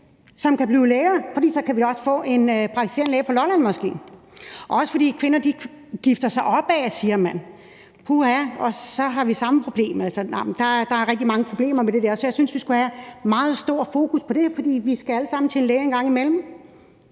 som kan blive læger, for så kan vi måske også få en praktiserende læge på Lolland, også fordi kvinder gifter sig opad, siger man, puha, og så har vi det samme problem. Altså, der er rigtig mange problemer med det der. Så jeg synes, vi skulle have et meget stort fokus på det, for vi skal alle sammen til en læge en gang imellem.